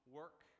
work